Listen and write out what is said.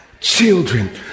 children